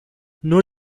nur